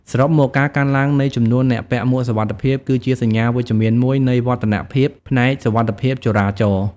សរុបមក ការកើនឡើងនៃចំនួនអ្នកពាក់មួកសុវត្ថិភាព គឺជាសញ្ញាវិជ្ជមានមួយនៃវឌ្ឍនភាពផ្នែកសុវត្ថិភាពចរាចរណ៍។